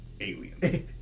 Aliens